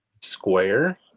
square